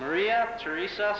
maria teresa